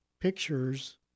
pictures